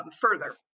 further